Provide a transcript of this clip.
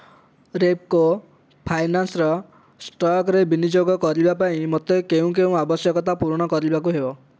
ରେପ୍କୋ ଫାଇନାନ୍ସ୍ର ଷ୍ଟକରେ ବିନିଯୋଗ କରିବା ପାଇଁ ମୋତେ କେଉଁ କେଉଁ ଆବଶ୍ୟକତା ପୂରଣ କରିବାକୁ ହେବ